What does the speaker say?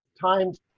times